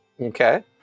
Okay